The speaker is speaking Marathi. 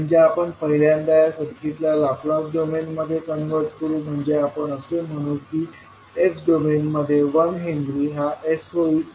म्हणजे आपण पहिल्यांदा या सर्किटला लाप्लास डोमेनमध्ये कन्व्हर्ट करू म्हणजे आपण असे म्हणू की s डोमेनमध्ये 1 हेनरी हा s होईल